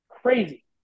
Crazy